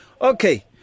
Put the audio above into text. Okay